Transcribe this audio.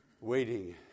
waiting